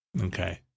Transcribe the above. Okay